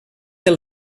del